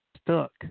stuck